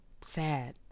sad